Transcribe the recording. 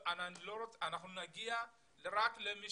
אנחנו נגיע רק למי